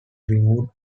winged